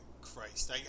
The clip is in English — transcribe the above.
Christ